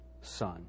Son